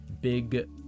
big